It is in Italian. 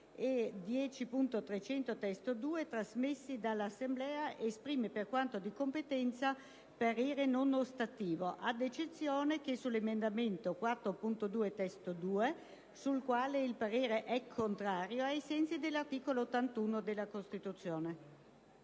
10.300 (testo 2), trasmessi dall'Assemblea, esprime, per quanto di competenza, parere non ostativo, ad eccezione che sull'emendamento 4.2 (testo 2), sul quale il parere è contrario, ai sensi dell'articolo 81 della Costituzione».